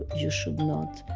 ah you should not.